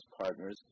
partners